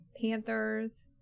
Panthers